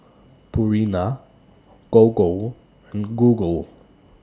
Purina Gogo and Google